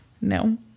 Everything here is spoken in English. No